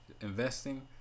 investing